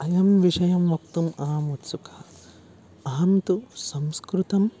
अयं विषयं वक्तुम् अहम् उत्सुकः अहं तु संस्कृतम्